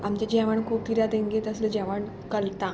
आमचें जेवण खूब किऱ्या तेंगें तसलें जेवण कलता